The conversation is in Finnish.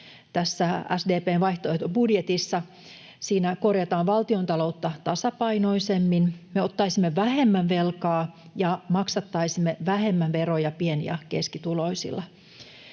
SDP:n vaihtoehtobudjetissa korjataan valtiontaloutta tasapainoisemmin. Me ottaisimme vähemmän velkaa ja maksattaisimme vähemmän veroja pieni- ja keskituloisilla.